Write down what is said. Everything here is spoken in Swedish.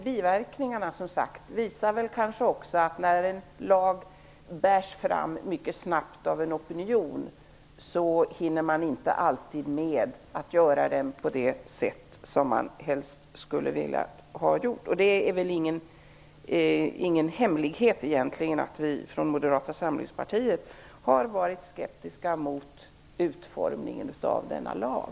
Biverkningarna visar kanske också att när en lag bärs fram mycket snabbt av en opinion, hinner man inte alltid med att utforma lagen så som man helst skulle ha velat göra. Det är väl egentligen ingen hemlighet att vi från Moderata samlingspartiet har vi varit skeptiska mot utformningen av denna lag.